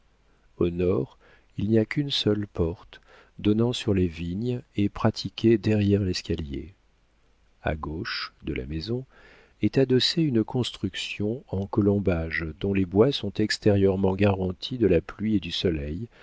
au nord il n'y a qu'une seule porte donnant sur les vignes et pratiquée derrière l'escalier a gauche de la maison est adossée une construction en colombage dont les bois sont extérieurement garantis de la pluie et du soleil